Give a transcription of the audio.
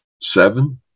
seven